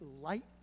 light